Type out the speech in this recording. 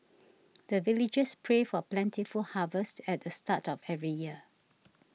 the villagers pray for plentiful harvest at the start of every year